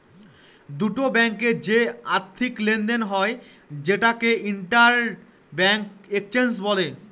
দুটো ব্যাঙ্কে যে আর্থিক লেনদেন হয় সেটাকে ইন্টার ব্যাঙ্ক এক্সচেঞ্জ বলে